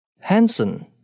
Hansen